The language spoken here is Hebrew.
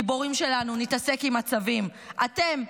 גיבורים שלנו, נתעסק עם הצווים, אתם,